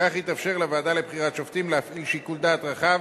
כך יתאפשר לוועדה לבחירת שופטים להפעיל שיקול דעת רחב